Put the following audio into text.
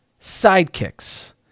sidekicks